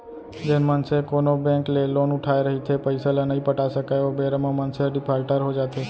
जेन मनसे कोनो बेंक ले लोन उठाय रहिथे पइसा ल नइ पटा सकय ओ बेरा म मनसे ह डिफाल्टर हो जाथे